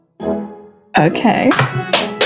Okay